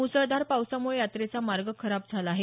मुसळधार पावसामुळे यात्रेचा मार्ग खराब झाला आहे